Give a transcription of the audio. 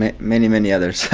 and many, many others.